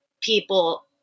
people